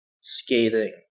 scathing